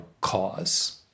cause